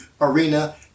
arena